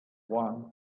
one